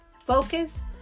focus